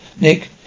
Nick